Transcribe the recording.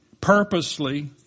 purposely